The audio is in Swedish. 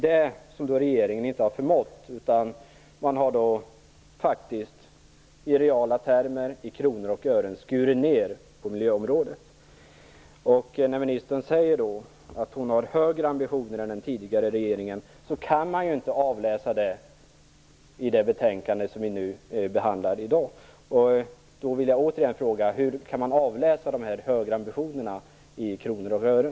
Det har regeringen inte förmått. Man har faktiskt i reala termer - i kronor och ören - skurit ner på miljöområdet. När ministern säger att hon har högre ambitioner än den tidigare regeringen kan man inte avläsa det i det betänkande som vi behandlar i dag. Jag vill återigen fråga hur kan man avläsa de här högre ambitionerna i kronor och ören.